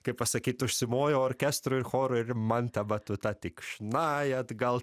kaip pasakyt užsimojau orkestrui chorui ir man ta batuta tik šnai atgal